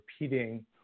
repeating